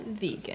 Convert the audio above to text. vegan